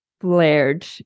flared